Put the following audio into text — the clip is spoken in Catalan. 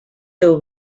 teu